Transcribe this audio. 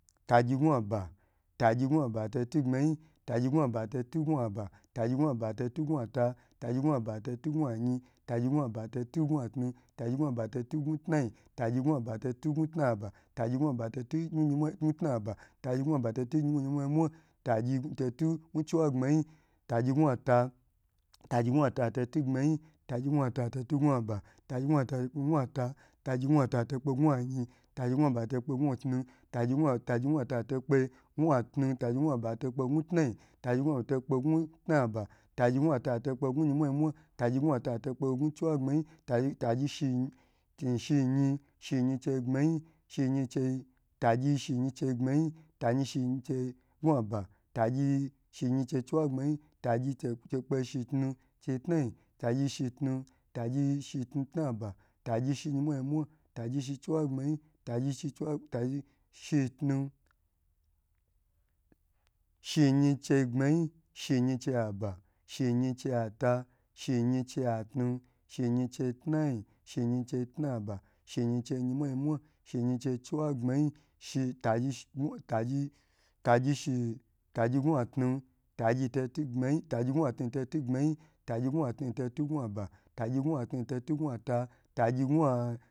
Tagyi gwaba tagy gwaba to tu ngwaba tagyi gwaba to ta gwata tagyi gwaba totongwa ay tagyi tagyi chegbmayi tagyi che aba tagyi che at tatgy che ayin tagyi cheatu tagyi chemay tagyi gbmayi cheitanba tagyiche yinmwa yinmwa tagyiche chiwagbmay tagyi chawo tagyi cha awo chaba tagyi awo chaayi tagyi awo chatu. tagyiawo chetnayin tagyi awocha yinmwa yinonwa tagyi shiba tagyi shiba dada tagy shiba tagyi cha shiba cha ayin tagy cha tnarba tagyi awo chaba tagy shiba cha chiwagbamy tagyshiba yinmwa yinmwa tagyi chai shita tagychi shita cha gbmayi tagyi chishita cha aba tagy che shitan atu tagyi cha shita cha tnayi tagyi shiba ata tagyi yinmua yinmwa tagyi shiba che chiwagbma yi tagyi cha shiba chiwagbmayi